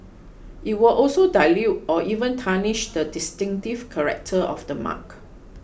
it will also dilute or even tarnish the distinctive character of the mark